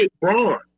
Braun